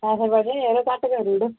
आहो बड़े ृन घट्ट करी ओड़ो